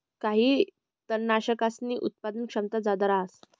काही तननाशकसनी उत्पादन क्षमता जादा रहास